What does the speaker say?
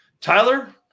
Tyler